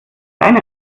deine